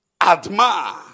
Admire